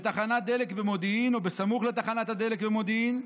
בתחנת דלק במודיעין או בסמוך לתחנת הדלק במודיעין.